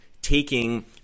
taking